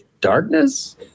darkness